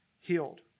healed